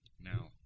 Now